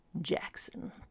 Jackson